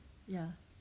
ya